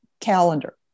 calendar